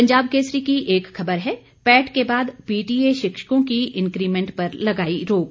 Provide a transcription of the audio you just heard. पंजाब केसरी की एक खबर है पैट के बाद पीटीए शिक्षकों की इन्क्रीमैंट पर लगाई रोक